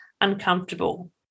uncomfortable